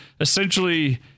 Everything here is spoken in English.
essentially